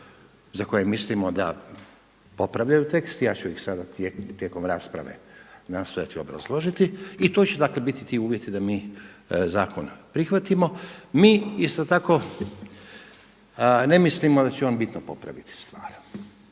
za koje mislimo da popravljaju tekst, ja ću ih sada tijekom rasprave nastojati obrazložiti i to će dakle biti ti uvjeti da mi zakon prihvatimo. Mi isto tako ne mislimo da će on bitno popraviti stvar,